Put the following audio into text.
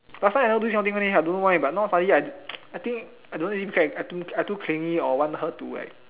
last time I never do this kind of thing leh I don't know why but now suddenly I I think I don't really care I too I too clingy or want her to like